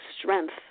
strength